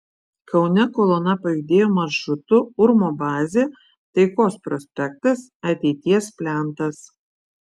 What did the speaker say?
kaune kolona pajudėjo maršrutu urmo bazė taikos prospektas ateities plentas